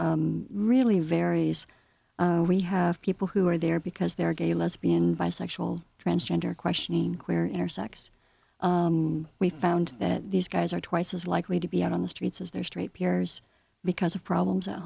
really varies we have people who are there because there are gay lesbian bisexual transgender questioning queer intersex we found that these guys are twice as likely to be out on the streets as their straight peers because of problems at